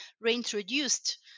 reintroduced